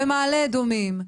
במעלה אדומים,